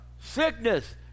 Sickness